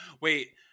Wait